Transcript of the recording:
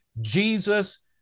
Jesus